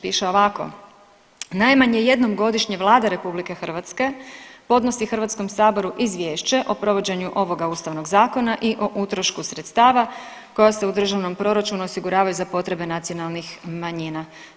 Piše ovako, najmanje jednom godišnje Vlada RH podnosi HS izvješće o provođenju ovoga ustavnog zakona i o utrošku sredstava koja se u državnom proračunu osiguravaju za potrebe nacionalnih manjina.